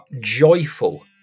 joyful